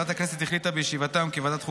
ועדת הכנסת החליטה בישיבה היום כי ועדת החוקה,